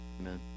amen